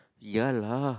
ya lah